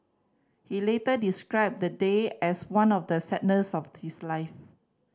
he later described the day as one of the of his life